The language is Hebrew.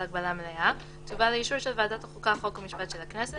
הגבלה מלאה תובא לאישור של ועדת החוקה חוק ומשפט של הכנסת,